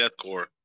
deathcore